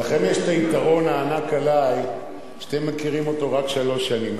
לכם יש יתרון ענק עלי שאתם מכירים אותו רק שלוש שנים,